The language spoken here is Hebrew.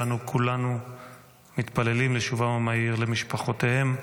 ואנו כולנו מתפללים לשובם המהיר למשפחותיהם.